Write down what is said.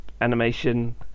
animation